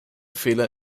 fehler